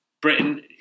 Britain